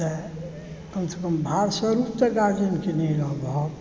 तऽ कमसँ कम भारस्वरूप तऽ गारजनके नहि रहबहक